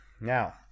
Now